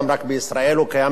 הוא קיים בכל העולם,